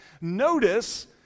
notice